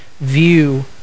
view